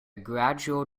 gradual